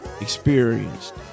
experienced